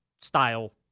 style